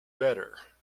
better